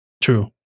True